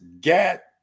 get